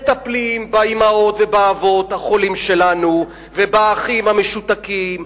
מטפלים באמהות ובאבות החולים שלנו ובאחים המשותקים,